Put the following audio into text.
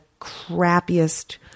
crappiest